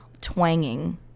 twanging